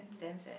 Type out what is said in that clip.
it's damn sad